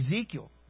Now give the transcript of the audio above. Ezekiel